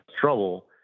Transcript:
trouble